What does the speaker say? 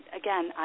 again